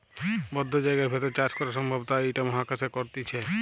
বদ্ধ জায়গার ভেতর চাষ করা সম্ভব তাই ইটা মহাকাশে করতিছে